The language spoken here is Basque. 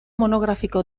monografiko